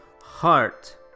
heart